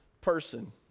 person